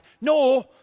no